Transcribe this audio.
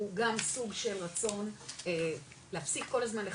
הוא גם סוג של רצון להפסיק כל הזמן לחשב,